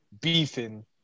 beefing